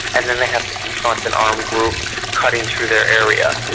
and then they have to confront an armed group cutting through their area.